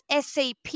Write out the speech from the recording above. SAP